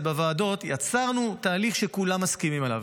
בוועדות יצרנו תהליך שכולם מסכימים עליו,